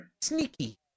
sneaky